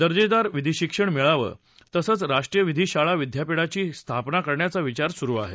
दर्जेदार विधीशिक्षण मिळावं म्हणून राष्ट्रीय विधी शाळा विद्यापीठाची स्थापना करण्याचा विचार सुरू आहे